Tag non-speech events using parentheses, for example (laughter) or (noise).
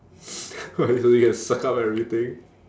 (noise) what you do you can suck up everything